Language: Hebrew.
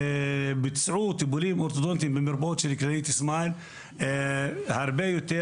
ביצעו טיפולים אורתודנטים במרפאות של כללית סמייל הרבה יותר,